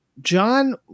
john